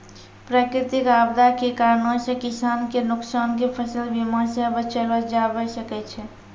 प्राकृतिक आपदा के कारणो से किसान के नुकसान के फसल बीमा से बचैलो जाबै सकै छै